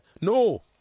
No